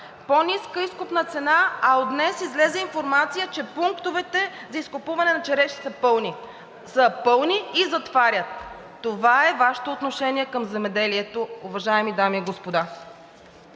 по-ниска изкупна цена, а от днес излезе информация, че пунктовете за изкупуване на череши са пълни и затварят. Това е Вашето отношение към земеделието, уважаеми дами и господа.